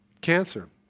Cancer